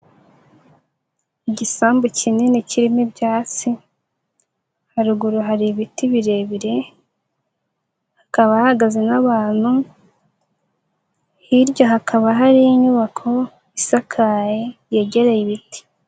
Igisambu kinini kirimo ibyatsi. Haruguru hari ibiti birebire. Hakaba hahagaze n'abantu. Hirya hakaba hari inyubako, isakaye, yegereye ibiti.